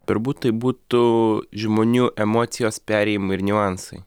turbūt tai būtų žmonių emocijos perėjimai ir niuansai